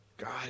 God